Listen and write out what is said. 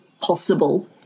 possible